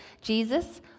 Jesus